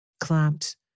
clamped